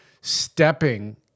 stepping